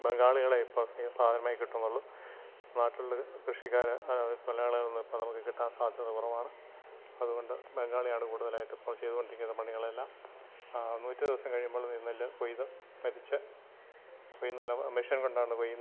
ബംഗാളികളെ ഇപ്പോൾ സാധാരണയായി കിട്ടുന്നുള്ളൂ നാട്ടിൽ ഉള്ളത് കൃഷിക്കാരെ മലയാളികളെ ഒന്നും ഇപ്പോൾ നമുക്ക് കിട്ടാൻ സാധ്യത കുറവാണ് അതുകൊണ്ട് ബംഗാളിയാണ് കൂടുതലായിട്ടും ഇപ്പോൾ ചെയ്തുകൊണ്ടിരിക്കുന്നത് പണികളെല്ലാം നൂറ്റ് ദിവസം കഴിയുമ്പോൾ ഈ നെല്ല് കൊയ്ത് മെതിച്ച് ഈ നിലം മെഷീൻ കൊണ്ടാണ് കൊയ്യുന്നത്